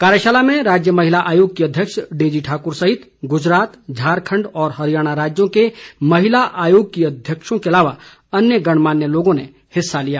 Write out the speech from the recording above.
कार्यशाला में राज्य महिला आयोग की अध्यक्ष डेजी ठाकुर सहित गुजरात झारखण्ड और हरियाणा राज्यों के महिला आयोग की अध्यक्षों के अलावा अन्य गणमान्य लोगों ने हिस्सा लिया